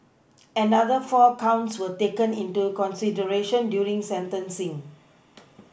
another four counts were taken into consideration during sentencing